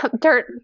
Dirt